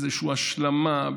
באיזושהי השלמה,